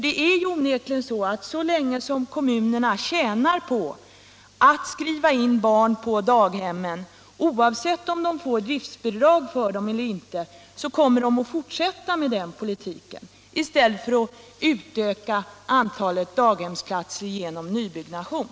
Det är ju onekligen på det sättet att så länge som kommunerna tjänar på att skriva in barn på daghemmen, oavsett om de får bristbidrag för dem eller inte, kommer de att fortsätta med den politiken i stället för att utöka antalet daghemsplatser genom nybyggnation.